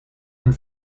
and